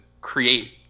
create